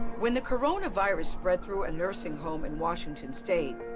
when the coronavirus spread through a nursing home in washington state,